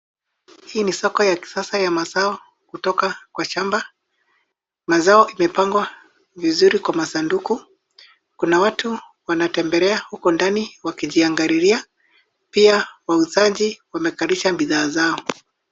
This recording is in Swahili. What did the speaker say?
Hii ni soko ya kisasa ya mazao kutoka kwa shamba. Mazao imepangwa vizuri kwa masanduku. Kuna watu wanatembelea huko ndani wakijiangalilia. Pia wauzaji wamekalisha bidhaa zao.